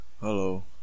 Hello